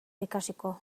ikasiko